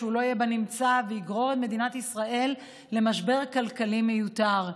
שהוא לא יהיה בנמצא ויגרור את מדינת ישראל למשבר כלכלי מיותר,